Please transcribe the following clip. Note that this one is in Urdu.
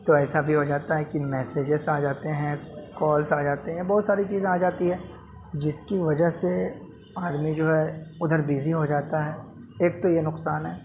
تو ایسا بھی ہو جاتا ہے کہ میسجز آ جاتے ہیں کالس آ جاتے ہیں بہت ساری چیزیں آ جاتی ہیں جس کی وجہ سے آدمی جو ہے ادھر بزی ہو جاتا ہے ایک تو یہ نقصان ہے